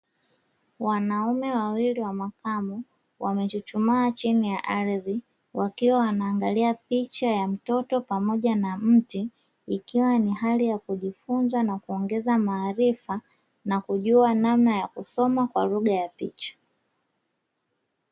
Wanaume wawili wa makamu wamechuchumaa chini ya ardhi wakiwa wanaangalia picha ya mtoto pamoja na mti, ikiwa ni hali ya kujifunza na kuongeza maarifa na kujua namna ya kusoma kwa lugha ya picha.